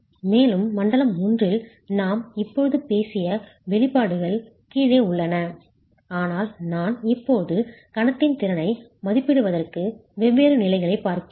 மேலும் மண்டலம் 1 இல் நாம் இப்போது பேசிய வெளிப்பாடுகள் கீழே உள்ளன ஆனால் நான் இப்போது கணத்தின் திறனை மதிப்பிடுவதற்கு வெவ்வேறு நிலைகளைப் பார்க்கிறேன்